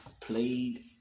played